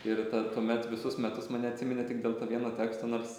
ir ta tuomet visus metus mane atsiminė tik dėl to vieno teksto nors